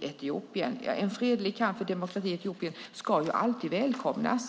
Etiopien. En fredlig kamp för demokrati i Etiopien ska alltid välkomnas.